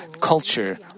culture